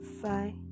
Five